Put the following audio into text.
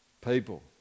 people